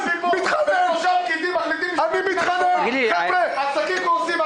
--- שלושה פקידים מחליטים ש --- העסקים קורסים,